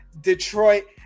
Detroit